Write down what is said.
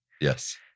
Yes